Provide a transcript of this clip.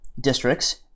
districts